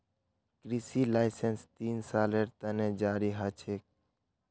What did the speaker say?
कृषि लाइसेंस तीन सालेर त न जारी ह छेक